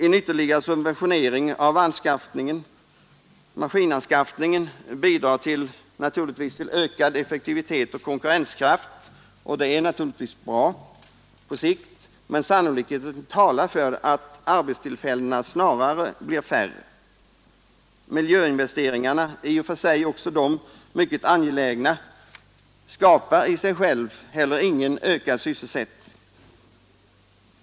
En ytterligare subventionering av maskinanskaffningen bidrar naturligtvis till ökad effektivitet och konkurrenskraft. Det är bra på sikt, men sannolikheten talar för att arbetstillfällena snarare blir färre. Miljöinvesteringarna i och för sig också mycket angelägna — skapar ingen ökad sysselsättning.